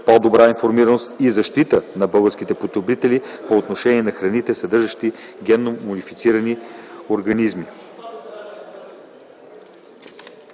по-добра информираност и защита на българските потребители по отношение на храните, съдържащи генномодифицирани организми.